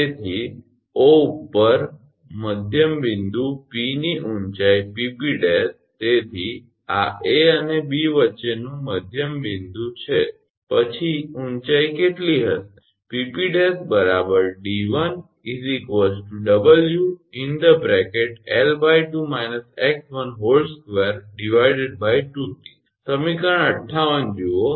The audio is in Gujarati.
તેથી 𝑂 ઉપર મધ્યમ બિંદુ 𝑃 ની ઊંચાઇ 𝑃𝑃 તેથી આ 𝐴 અને 𝐵 વચ્ચેનું મધ્યમ બિંદુ છે પછી ઊંચાઇ કેટલી હશે 𝑃𝑃′ 𝑑1 𝑊𝐿2 − 𝑥12 2𝑇 સમીકરણ 58 જુઓ